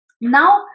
Now